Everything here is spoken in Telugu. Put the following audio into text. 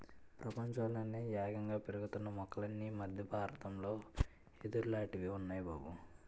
ప్రపంచంలోనే యేగంగా పెరుగుతున్న మొక్కలన్నీ మద్దె బారతంలో యెదుర్లాటివి ఉన్నాయ్ బాబూ